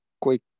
quick